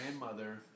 grandmother